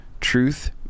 truth